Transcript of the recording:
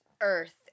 earth